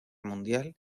mundial